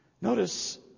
Notice